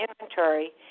inventory